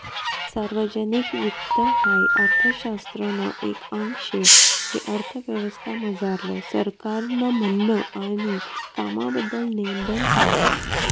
सार्वजनिक वित्त हाई अर्थशास्त्रनं एक आंग शे जे अर्थव्यवस्था मझारलं सरकारनं म्हननं आणि कामबद्दल नेमबन सांगस